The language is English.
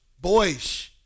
boys